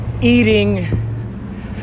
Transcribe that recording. eating